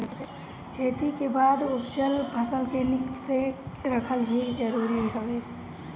खेती के बाद उपजल फसल के निक से रखल भी बहुते जरुरी हवे